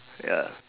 ya